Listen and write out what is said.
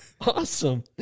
Awesome